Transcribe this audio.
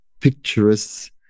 picturesque